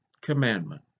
commandment